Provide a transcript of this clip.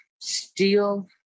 steel